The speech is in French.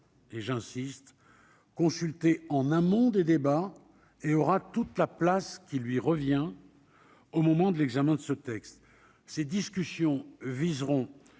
et j'insiste consultés en amont des débats et aura toute la place qui lui revient au moment de l'examen de ce texte, ces discussions viseront